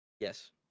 Yes